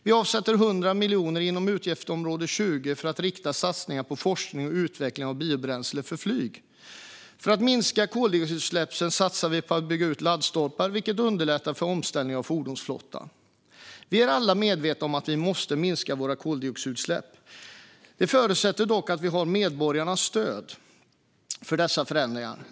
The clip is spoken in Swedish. Vi avsätter 100 miljoner inom utgiftsområde 20 för att rikta satsningar på forskning och utveckling av biobränslen för flyget. För att minska koldioxidutsläppen satsar vi på att bygga ut laddstolpar, vilket underlättar för omställningen av fordonsflottan. Vi är alla medvetna om att vi måste minska våra koldioxidutsläpp. Detta förutsätter dock att vi har medborgarnas stöd för dessa förändringar.